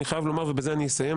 אני חייב לומר ובזה אני אסיים,